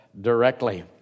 directly